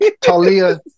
Talia